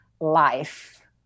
life